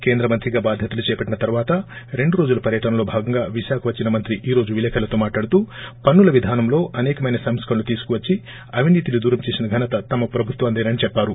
కేంద్ర మంత్రిగా బాధ్యతలు చేపట్లిన తరువాత రెండు రోజుల పర్యటనలో భాగంగా విశాఖ వచ్చిన మంత్రి ఈరోజు విలేకర్లతో మాట్లాడుతూ పన్సుల విధానంలో అసేకమైన సంస్కరణలు తీసుకువచ్చి అవినీతిని దూరం చేసిన ఘనత తమ ప్రభుత్వానిదేనని చెప్పారు